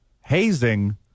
hazing